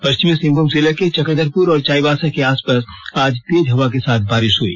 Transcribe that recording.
पश्चिमी सिंहभूम जिले के चक्रधरपुर और चाईबासा के आसपास आज तेज हवा के साथ बारिश हुई